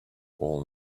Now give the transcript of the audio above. all